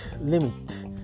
limit